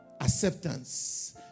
acceptance